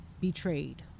betrayed